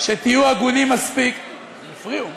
שתהיו הגונים מספיק, הפריעו.